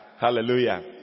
hallelujah